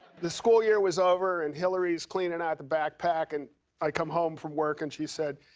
the school year was over, and hilary's cleaning out the backpack. and i come home from work, and she said,